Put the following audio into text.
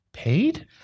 Paid